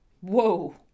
Whoa